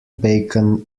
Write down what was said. bacon